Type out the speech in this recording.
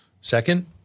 Second